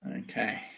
Okay